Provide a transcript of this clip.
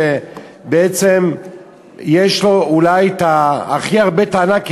שבעצם יש לו אולי הכי הרבה טענות,